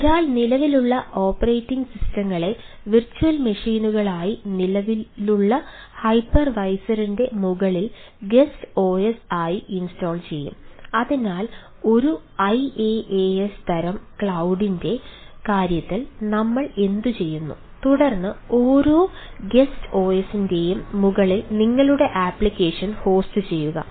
ഒരാൾ നിലവിലുള്ള ഓപ്പറേറ്റിംഗ് സിസ്റ്റങ്ങളെ മുകളിൽ നിങ്ങളുടെ അപ്ലിക്കേഷൻ ഹോസ്റ്റുചെയ്യുക